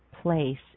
place